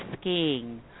skiing